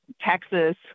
Texas